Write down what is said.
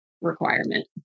requirement